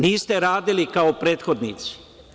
Niste radili kao prethodnici.